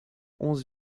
onze